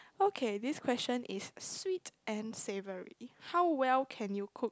okay this question is sweet and savoury how well can you cook